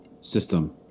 System